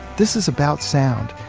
this is about sound,